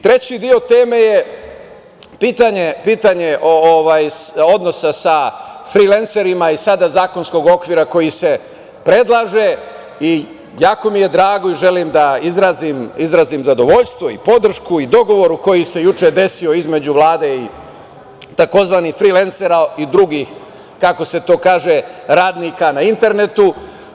Treći deo teme je pitanje odnosa sa frilenserima i sada zakonskog okvira koji se predlaže i jako mi je drago i želim da izrazim zadovoljstvo i podršku i dogovor koji se juče desio između Vlade i tzv. frilensera i drugih, kako se to kaže, radnika na internetu.